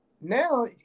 now